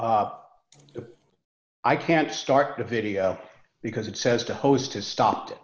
you i can't start the video because it says the host has stopped